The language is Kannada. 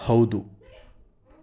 ಹೌದು